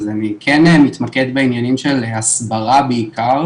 אז אני כן מתמקד בעניינים של הסברה בעיקר